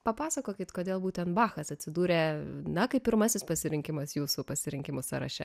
papasakokit kodėl būtent bachas atsidūrė na kaip pirmasis pasirinkimas jūsų pasirinkimų sąraše